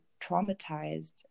traumatized